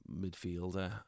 midfielder